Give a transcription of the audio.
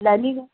lining